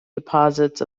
deposits